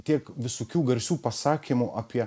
tiek visokių garsių pasakymų apie